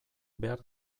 behar